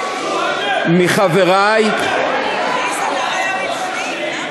ניסן, למה להעמיד פנים?